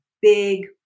big